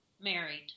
married